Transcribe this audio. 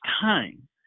time